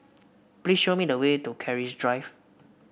please show me the way to Keris Drive